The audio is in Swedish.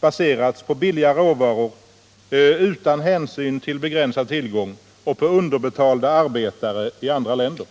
baserats på billiga råvaror utan hänsyn till begränsad tillgång och på underbetalda arbetare i andra länder.